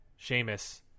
Seamus